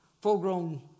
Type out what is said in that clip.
full-grown